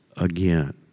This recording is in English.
again